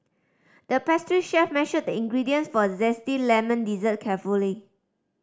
the pastry chef measured the ingredients for a zesty lemon dessert carefully